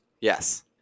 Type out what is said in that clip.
yes